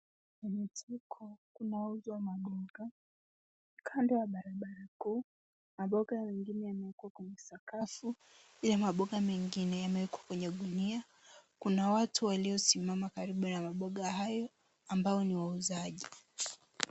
Kwenye soko, kunauzwa maboga. Kando ya barabara kuu, maboga mengine yamewekwa kwenye sakafu ila maboga mengine yamewekwa kwenye gunia. Kuna watu waliosimama karibu na maboga hayo, ambao ni wauzaji.